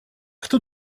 кто